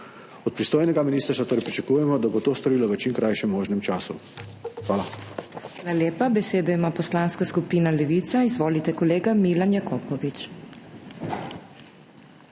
Od pristojnega ministrstva torej pričakujemo, da bo to storilo v čim krajšem možnem času. Hvala.